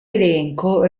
elenco